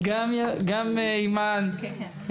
אז גם אימאן ח'טיב יאסין.